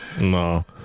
No